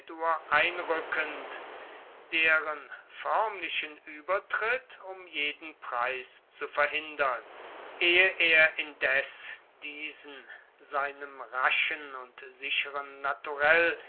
einrückend deren förmlichen übertritt um jeden preis zu verhindern ehe er indes diesen seinem raschen und sicheren naturell